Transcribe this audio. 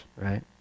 right